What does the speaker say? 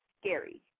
scary